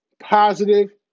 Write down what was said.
Positive